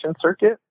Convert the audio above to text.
circuit